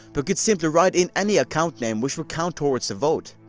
but could simply write in any account name which would count towards a vote.